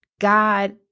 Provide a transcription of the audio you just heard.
God